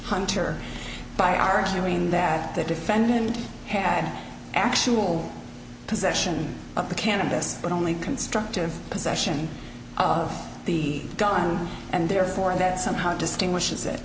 hunter by arguing that the defendant had actual possession of the cannabis but only constructive possession of the gun and therefore that somehow distinguishes it